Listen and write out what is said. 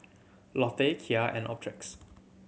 Lotte Kia and Optrex